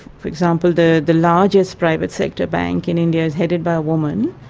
for example, the the largest private sector bank in india is headed by a woman,